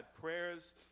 prayers